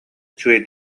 үчүгэй